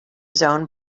zone